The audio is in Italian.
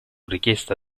richiesta